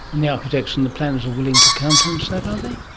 and the architects and the planners are willing to countenance that, are they?